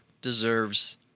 deserves